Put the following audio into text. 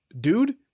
dude